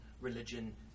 religion